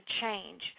change